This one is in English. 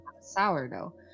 sourdough